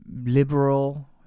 liberal